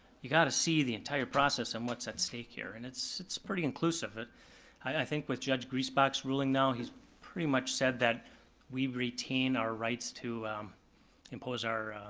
you gotta see the entire process and what's at stake here, and it's it's pretty inclusive. i think with judge greasebox ruling now, he's pretty much said that we retain our rights to impose our